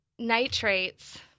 nitrates